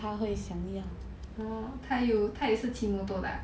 oh 他有他也是骑 motor 的 ah